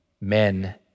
men